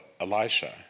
Elisha